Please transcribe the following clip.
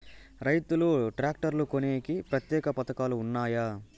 రైతులు ట్రాక్టర్లు కొనేకి ప్రత్యేక పథకాలు ఉన్నాయా?